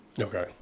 Okay